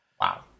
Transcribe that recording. Wow